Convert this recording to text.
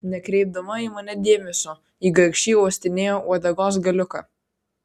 nekreipdama į mane dėmesio ji grakščiai uostinėjo uodegos galiuką